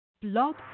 Blog